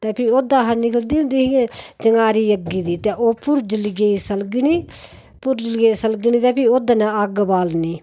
ते फ्ही ओहदे कशा निकलदी होंदी ही चिंगारी अग्गी दी ते ओह् भुरजली गी सलगदी ते फिह् भुरजली गी सलगदी ते फिह् अग्ग बालनी